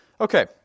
Okay